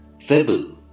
fable